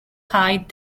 hide